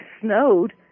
snowed